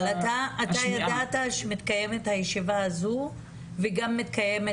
אתה ידעת שמתקיימת הישיבה הזו וגם מתקיימת